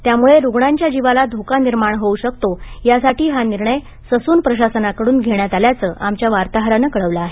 त्यामुळे रुग्णांच्या जीवाला धोका निर्माण होऊ नये यासाठी हा निर्णय ससून प्रशासनाकडून घेण्यात आल्याचं आमच्या वार्ताहरानं कळवलं आहे